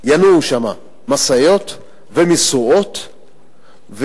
ינועו שם משאיות ומסועים,